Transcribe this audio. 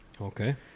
Okay